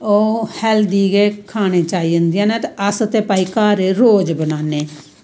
ओ healthy गै खाने चाही दियां नै ते भाई अस ते घर एह् रोज़ बनान्ने